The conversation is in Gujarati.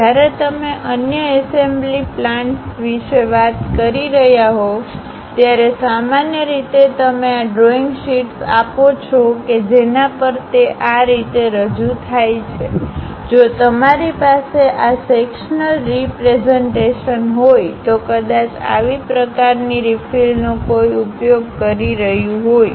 જ્યારે તમે અન્ય એસેમ્બલી પ્લાન્સ વિશે વાત કરી રહ્યા હો ત્યારે સામાન્ય રીતે તમે આ ડ્રોઇંગ શીટ્સ આપો છો કે જેના પર તે આ રીતે રજૂ થાય છેજો તમારી પાસે આ સેક્શનલ રીપ્રેઝન્ટેશન હોય તો કદાચ આવી પ્રકારની રિફિલનો કોઇ ઉપયોગ કરી રહ્યુ હોય